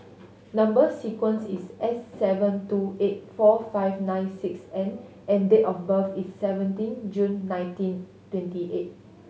number sequence is S seven two eight four five nine six N and date of birth is seventeen June nineteen twenty eight